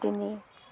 তিনি